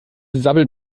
sabbelt